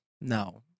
no